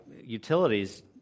Utilities